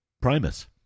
Primus